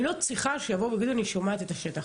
אני לא צריכה שיבואו ויגידו לי לשמוע את השטח.